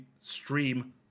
stream